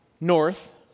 north